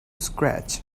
scratch